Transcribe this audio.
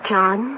John